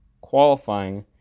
qualifying